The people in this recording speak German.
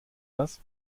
das